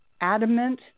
adamant